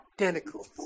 Identical